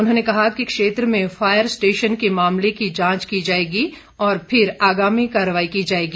उन्होंने कहा कि क्षेत्र में फायर स्टेशन के मामले की जांच की जाएगी और फिर आगामी कार्रवाई की जाएगी